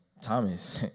Thomas